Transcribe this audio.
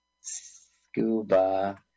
scuba